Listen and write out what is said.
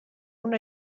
una